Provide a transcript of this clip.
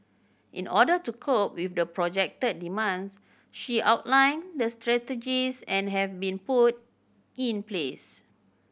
in order to cope with the projected demands she outlined the strategies and have been put in place